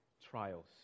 trials